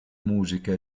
musiche